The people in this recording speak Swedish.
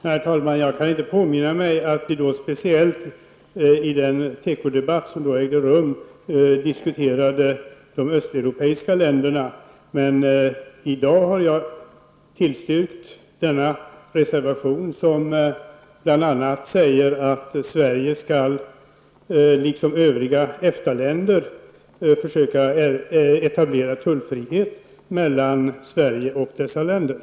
Herr talman! Jag kan inte påminna mig att vi under den tekodebatt som då ägde rum diskuterade just de östeuropeiska länderna. Jag har i dag ställt mig bakom denna reservation, som bl.a. säger att Sverige, liksom övriga EFTA-länder, skall försöka etablera tullfrihet med dessa länder.